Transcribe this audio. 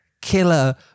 killer